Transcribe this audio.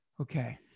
Okay